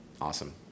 Awesome